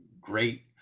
great